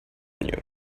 you